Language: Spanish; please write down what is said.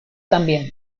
también